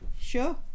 Sure